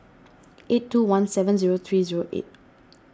eight two one seven zero three zero eight